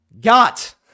Got